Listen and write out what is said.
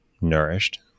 nourished